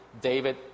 David